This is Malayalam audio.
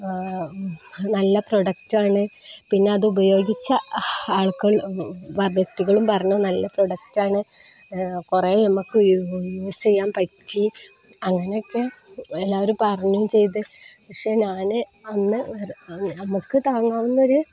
നല്ല പ്രൊഡക്റ്റാണ് പിന്നെ അതുപയോഗിച്ച ആൾക്കാര് വ്യക്തികളും പറഞ്ഞു നല്ല പ്രൊഡക്റ്റാണ് കുറേ നമുക്ക് യൂസ് ചെയ്യാൻ പറ്റി അങ്ങനെയൊക്കെ എല്ലാവരും പറയുകയും ചെയ്തു പക്ഷെ ഞാന് അന്നു നമുക്കു താങ്ങാവുന്നൊരു